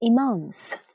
imams